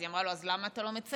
היא אמרה לו: אז למה אתה לא מצייר?